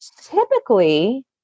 typically